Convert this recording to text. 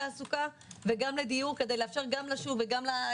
כולל חרדים שאנחנו מוכנים לקלוט.